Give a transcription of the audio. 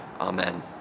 Amen